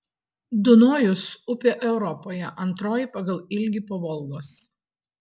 dunojus upė europoje antroji pagal ilgį po volgos